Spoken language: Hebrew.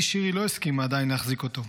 לי שירי לא הסכימה עדיין להחזיק אותו.